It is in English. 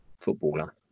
footballer